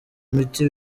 imiti